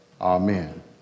amen